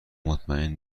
مطمئن